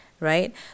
Right